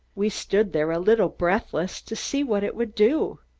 we stood there, a little breathless, to see what it would do.